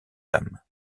dames